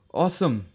Awesome